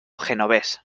genovés